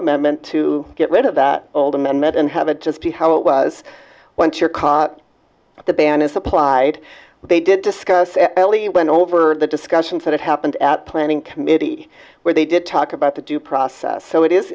amendment to get rid of that old amendment and have a just see how it was once you're caught the ban is applied they did discuss and only went over the discussions and it happened at planning committee where they did talk about the due process so it is